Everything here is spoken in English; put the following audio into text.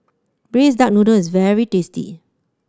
Braised Duck Noodle is very tasty